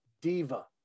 Diva